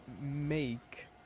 make